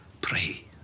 Pray